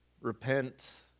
Repent